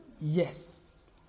yes